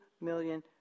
million